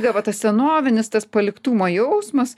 vat tas senovinis tas paliktumo jausmas